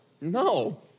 No